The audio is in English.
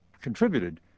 contributed